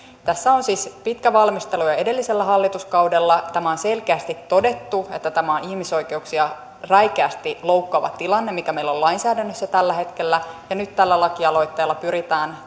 tässä on ollut siis pitkä valmistelu jo edellisellä hallituskaudella on selkeästi todettu että tämä on ihmisoikeuksia räikeästi loukkaava tilanne mikä meillä on lainsäädännössä tällä hetkellä ja nyt tällä lakialoitteella pyritään